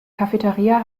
cafeteria